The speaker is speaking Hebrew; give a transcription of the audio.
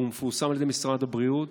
והוא מפורסם על ידי משרד הבריאות,